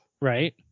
Right